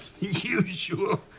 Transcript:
usual